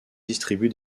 distribue